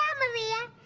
um maria.